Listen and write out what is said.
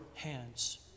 hands